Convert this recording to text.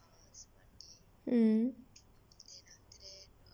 mm